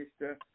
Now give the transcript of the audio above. Mr